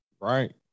right